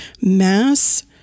Mass